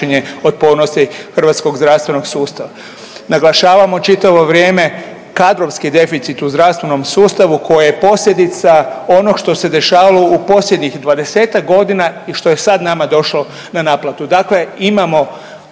otpornosti hrvatskog zdravstvenog sustava. Naglašavamo čitavo vrijeme kadrovski deficit u zdravstvenom sustavu koji je posljedica onog što se dešavalo u posljednjih dvadesetak godina i što je sad nama došlo na naplatu.